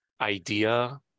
idea